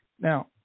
Now